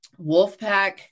Wolfpack